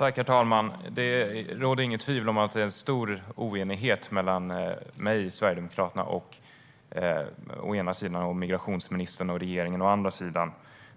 Herr talman! Det råder inget tvivel om att det är stor oenighet mellan å ena sidan mig och Sverigedemokraterna och å andra sidan migrationsministern och regeringen.